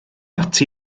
ati